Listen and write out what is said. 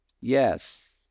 yes